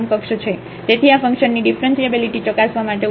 તેથી આ ફંક્શનની ડીફરન્શીએબીલીટી ચકાસવા માટે ઉપયોગી છે